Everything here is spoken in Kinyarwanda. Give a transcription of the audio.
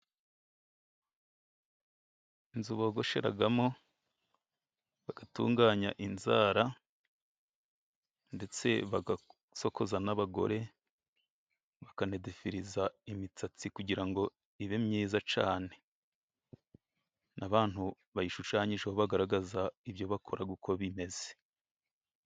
Inzu bogosheramo， bagatunganya inzara， ndetse bagasokoza n'abagore， bakanadefiriza imisatsi，kugira ngo ibe myiza cyane，n’abantu bayishushanyijeho，bagaragaza ibyo bakora uko bimeze.